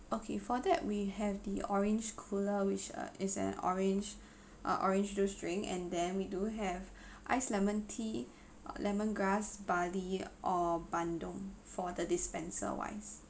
okay for that we have the orange cooler which a is an orange uh orange juice drink and then we do have ice lemon tea uh lemon grass barley or bandung for the dispenser wise